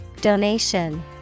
Donation